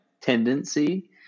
tendency